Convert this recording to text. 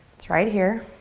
it's right here.